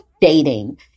dating